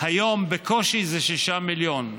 היום בקושי זה 6 מיליון,